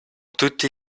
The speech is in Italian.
tutti